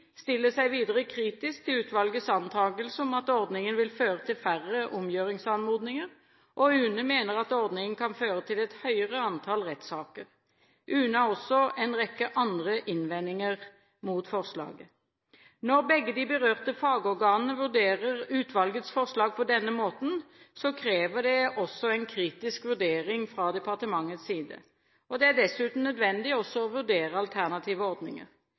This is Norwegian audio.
stiller seg videre kritisk til utvalgets antakelse om at ordningen vil føre til færre omgjøringsanmodninger, og UNE mener at ordningen kan føre til et høyere antall rettssaker. UNE har også en rekke andre innvendinger mot forslaget. Når begge de berørte fagorganene vurderer utvalgets forslag på denne måten, krever det også en kritisk vurdering fra departementets side. Det er dessuten nødvendig også å vurdere alternative